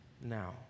now